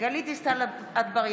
גלית דיסטל אטבריאן,